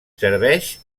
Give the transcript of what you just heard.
serveix